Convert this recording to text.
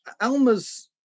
Alma's